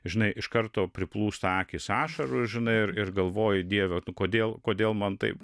žinai iš karto priplūsta akys ašarų žinai ir ir galvoju dieve nu kodėl kodėl man taip